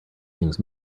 things